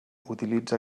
utilitza